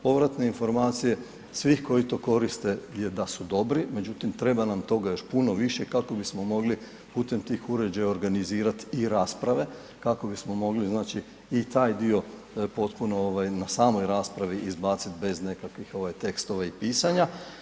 Povratne informacije svih koji to koriste je da su dobri, međutim treba nam toga još puno više kako bismo mogli putem tih uređaja organizirat i rasprave, kako bismo mogli znači i taj dio potpuno ovaj na samoj raspravi izbacit bez nekakvih ovaj tekstova i pisanja.